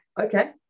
Okay